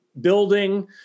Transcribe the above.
building